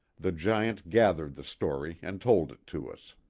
the giant gathered the story and told it to us.